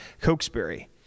Cokesbury